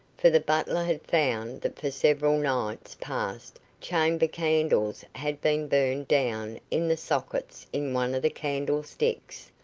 for the butler had found that for several nights past chamber candles had been burned down in the sockets in one of the candlesticks,